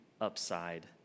upside